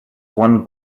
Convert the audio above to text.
one